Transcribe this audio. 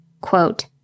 quote